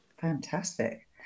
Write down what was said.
Fantastic